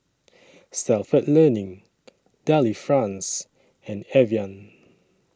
Stalford Learning Delifrance and Evian